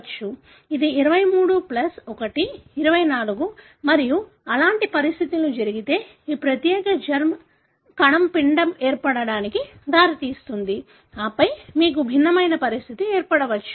ఇది 23 ప్లస్ 1 24 మరియు అలాంటి పరిస్థితులు జరిగితే ఈ ప్రత్యేక జెర్మ్ కణం పిండం ఏర్పడటానికి దారితీస్తుంది ఆపై మీకు భిన్నమైన పరిస్థితి ఉండవచ్చు